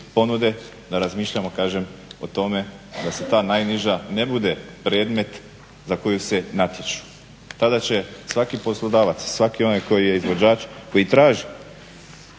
ponude da razmišljamo kažem o tome da ta najniža ne bude predmet za kojeg se natječu. Tada će svaki poslodavac i svaki onaj koji je izvođač, koji traži